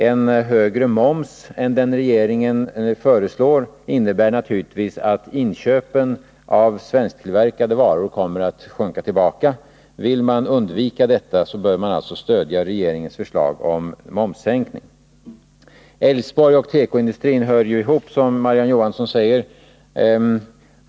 En högre moms än den regeringen föreslår innebär naturligtvis att inköpen av svensktillverkade varor kommer att gå tillbaka. Vill man undvika det, bör man alltså stödja regeringens förslag om momssänkning. Älvsborg och tekoindustrin hör ihop, som Marie-Ann Johansson säger.